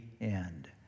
end